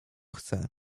chce